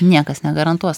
niekas negarantuos